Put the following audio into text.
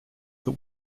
that